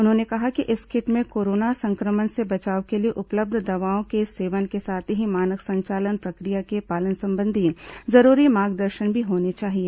उन्होंने कहा कि इस किट में कोरोना संक्रमण से बचाव के लिए उपलब्ध दवाओं के सेवन के साथ ही मानक संचालन प्रक्रिया के पालन संबंधी जरूरी मार्गदर्शन भी होना चाहिए